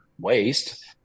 waste